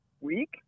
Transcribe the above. week